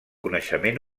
coneixement